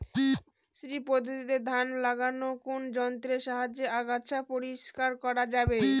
শ্রী পদ্ধতিতে ধান লাগালে কোন যন্ত্রের সাহায্যে আগাছা পরিষ্কার করা যাবে?